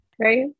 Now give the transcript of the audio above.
Right